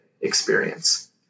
experience